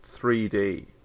3D